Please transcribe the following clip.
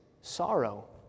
Sorrow